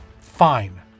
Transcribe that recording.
Fine